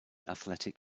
athletic